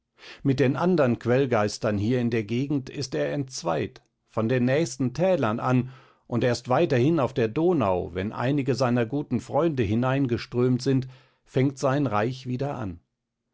mit den andern quellgeistern hier in der gegend ist er entzweit von den nächsten tälern an und erst weiterhin auf der donau wenn einige seiner guten freunde hineingeströmt sind fängt sein reich wieder an